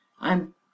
I'm